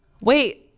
Wait